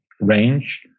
range